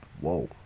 Whoa